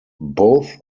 both